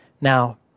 Now